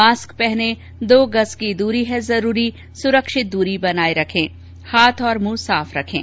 mask पहनें दो गज़ की दूरी है जरूरी सुरक्षित दूरी बनाए रखें हाथ और मुंह साफ रखें